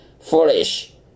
foolish